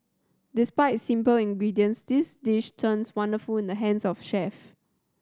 despite simple ingredients this dish turns wonderful in the hands of chef